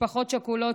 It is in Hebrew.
משפחות שכולות,